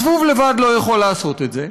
הזבוב לבד לא יכול לעשות את זה,